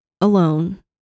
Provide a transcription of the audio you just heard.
alone